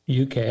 UK